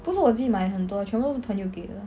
不是我自己买很多全部都是朋友给的